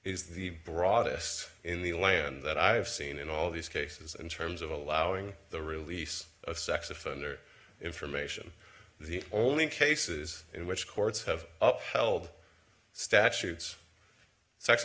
is the broadest in the land that i have seen in all these cases in terms of allowing the release of sex offender information the only cases in which courts have upheld statutes sex